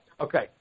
Okay